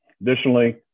Additionally